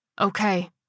Okay